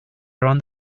around